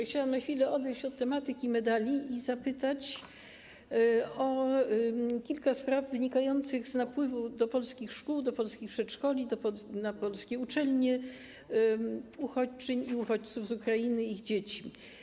Chciałam na chwilę odejść od tematyki medali i zapytać o kilka spraw wynikających z napływu do polskich szkół, do polskich przedszkoli, na polskie uczelnie uchodźczyń i uchodźców z Ukrainy i ich dzieci.